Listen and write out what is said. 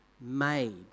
made